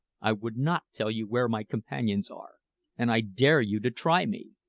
i would not tell you where my companions are and i dare you to try me!